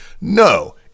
no